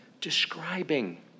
describing